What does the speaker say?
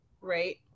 right